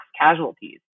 casualties